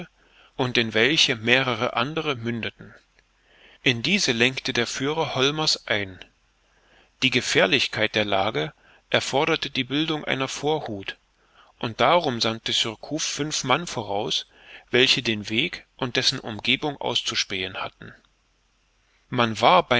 und in welche mehrere andere mündeten in diese lenkte der führer holmers ein die gefährlichkeit der lage erforderte die bildung einer vorhut und darum sandte surcouf fünf mann voraus welche den weg und dessen umgebung auszuspähen hatten man war